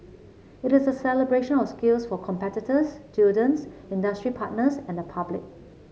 it is a celebration of skills for competitors students industry partners and the public